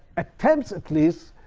attempts, at least,